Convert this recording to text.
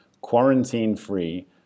quarantine-free